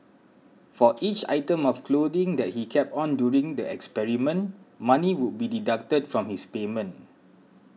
for each item of clothing that he kept on during the experiment money would be deducted from his payment